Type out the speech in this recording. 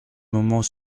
moment